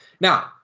now